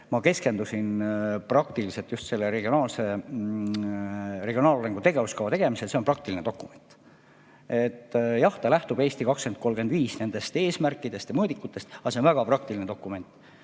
ma keskendusin praktiliselt just regionaalarengu tegevuskava tegemisele? See on praktiline dokument. Jah, ta lähtub "Eesti 2035" eesmärkidest ja mõõdikutest, aga see on väga praktiline dokument,